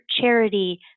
charity